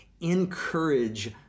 Encourage